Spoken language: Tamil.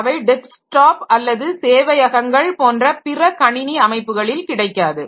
அவை டெஸ்க்டாப் அல்லது சேவையகங்கள் போன்ற பிற கணினி அமைப்புகளில் கிடைக்காது